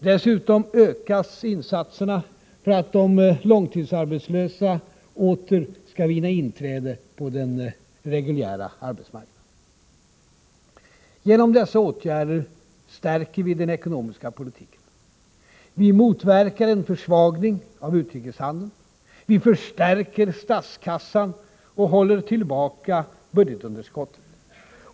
Dessutom ökas insatserna för att de långtidsarbetslösa åter skall vinna inträde på den reguljära arbetsmarknaden. Genom dessa olika åtgärder stärker vi den ekonomiska politiken. Vi motverkar en försvagning av utrikeshandeln. Vi förstärker statskassan och håller tillbaka budgetunderskottet.